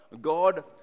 God